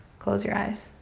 close your eyes.